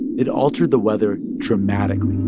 it altered the weather dramatically